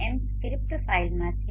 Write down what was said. m script ફાઈલમાં છે